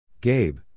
Gabe